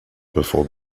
before